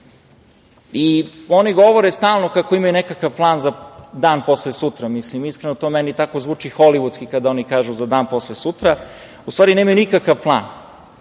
govore stalno kako imaju nekakav plan za dan posle sutra. Mislim, iskreno, to meni tako zvuči holivudski kad oni kažu „dan posle sutra“. U stvari, oni nemaju nikakav plan.